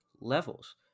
levels